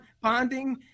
Bonding